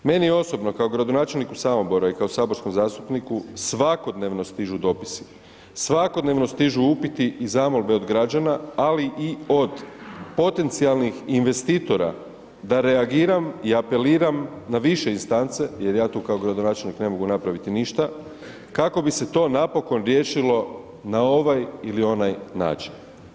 Meni osobno kao gradonačelniku Samobora i kao saborskom zastupniku svakodnevno stižu dopisi, svakodnevno stižu upiti i zamolbe od građana, ali i od potencijalnih investitora da reagiram i apeliram na više instance jer ja tu kao gradonačelnik ne mogu napraviti ništa, kako bi se to napokon riješilo na ovaj ili onaj način.